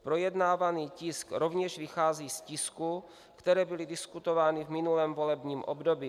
Projednávaný tisk rovněž vychází z tisků, které byly diskutovány v minulém volebním období.